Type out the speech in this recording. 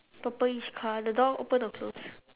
purplish car the door open or close